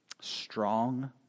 strong